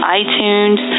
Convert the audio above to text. iTunes